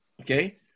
Okay